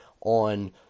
on